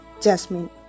Jasmine